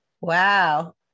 Wow